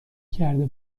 کرده